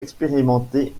expérimentés